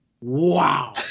Wow